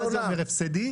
מה זה אומר הפסדי?